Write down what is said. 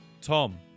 Tom